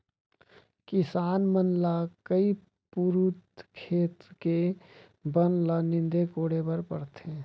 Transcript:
किसान मन ल कई पुरूत खेत के बन ल नींदे कोड़े बर परथे